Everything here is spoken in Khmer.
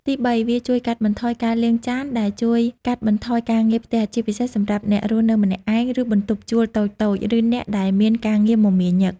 ទីបី វាជួយកាត់បន្ថយការលាងចាន ដែលជួយកាត់បន្ថយការងារផ្ទះ ជាពិសេសសម្រាប់អ្នករស់នៅម្នាក់ឯង ឬបន្ទប់ជួលតូចៗ ឬអ្នកដែលមានការងារមមាញឹក។